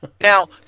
Now